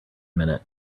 minute